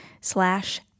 slash